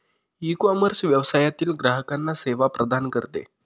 ecommerce व्यवसायातील ग्राहकांना सेवा प्रदान करते